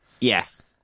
Yes